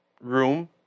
room